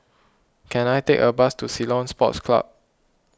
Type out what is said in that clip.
can I take a bus to Ceylon Sports Club